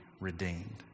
redeemed